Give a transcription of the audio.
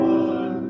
one